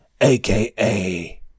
AKA